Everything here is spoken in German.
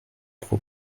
pro